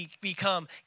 become